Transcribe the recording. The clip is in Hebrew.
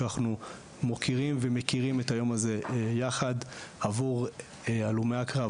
שאנחנו מוקירים ומכירים את היום הזה יחד עבור הלומי הקרב,